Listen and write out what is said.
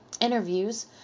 interviews